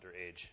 underage